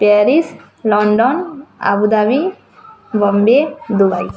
Paris London Abu Dhabi Bombay Dubai